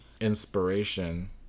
inspiration